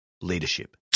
leadership